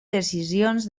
decisions